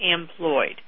employed